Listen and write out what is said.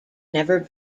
never